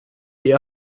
die